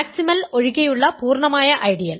maximal ഒഴികെയുള്ള പൂർണ്ണമായ ideal